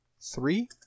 Three